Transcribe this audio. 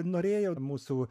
norėjau mūsų